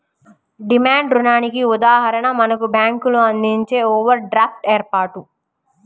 demand రుణానికి ఉదాహరణ మనకు బ్యేంకులు అందించే ఓవర్ డ్రాఫ్ట్ ఏర్పాటు